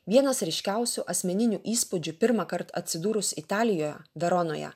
vienas ryškiausių asmeninių įspūdžių pirmąkart atsidūrus italijoje veronoje